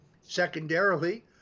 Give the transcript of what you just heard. secondarily